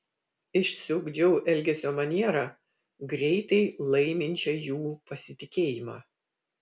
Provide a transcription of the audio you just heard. išsiugdžiau elgesio manierą greitai laiminčią jų pasitikėjimą